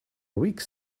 weeks